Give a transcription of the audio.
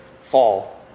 fall